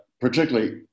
particularly